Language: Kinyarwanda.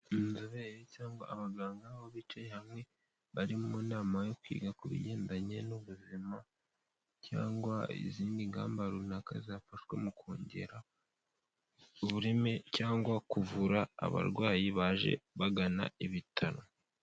Inzobere cyangwa abaganga aho bicaye hamwe bari mu nama yo kwiga ku bigendanye n'ubuzima, cyangwa izindi ngamba runaka zafashwe mu kongera ubureme cyangwa kuvura abarwayi baje bagana ibitaro.